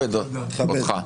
מכבד אותך,